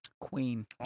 Queen